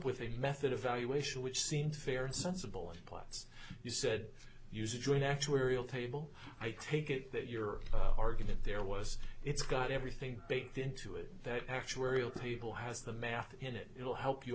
with a method of valuation which seemed fair and sensible and parts you said use a joint actuarial table i take it that your argument there was it's got everything baked into it that actuarial table has the math in it it will help you